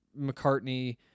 mccartney